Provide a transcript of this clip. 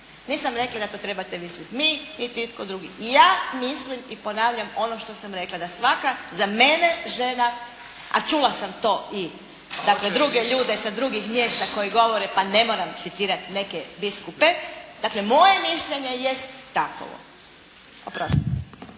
nisam rekla da to trebate mislit vi, niti itko drugi, ja mislim i ponavljam ono što sam rekla, da svaka za mene žena, a čula sam to i dakle druge ljude sa drugih mjesta koji govore pa ne moram citirat neke biskupe, dakle moje mišljenje jest takovo. Oprostite.